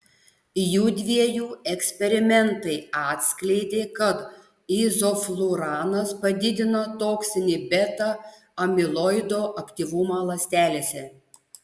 jųdviejų eksperimentai atskleidė kad izofluranas padidina toksinį beta amiloido aktyvumą ląstelėse